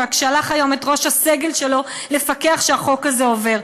רק שלח היום את ראש הסגל שלו לפקח שהחוק הזה עובר,